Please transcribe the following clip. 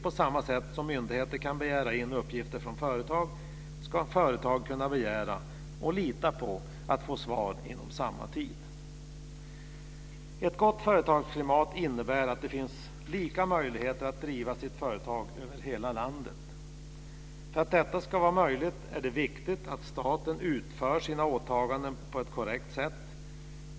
På samma sätt som myndigheter kan begära in uppgifter från företag ska företag kunna begära - och lita på att få - svar inom samma tid. Ett gott företagsklimat innebär att det finns lika möjligheter över hela landet att driva företag. För att detta ska vara möjligt är det viktigt att staten utför sina åtaganden på ett korrekt sätt.